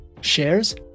shares